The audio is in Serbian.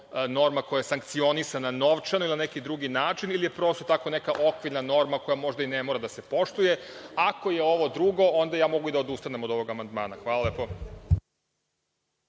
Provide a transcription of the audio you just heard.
koja je sankcionisana novčano ili na neki drugi način, ili je prosto tako neka okvirna norma koja možda i ne mora da se poštuje? Ako je ovo drugo, onda ja mogu i da odustanem od ovog amandmana. Hvala lepo.